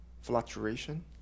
fluctuation